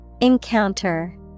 Encounter